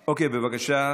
אוקיי, בבקשה.